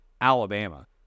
Alabama